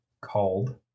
called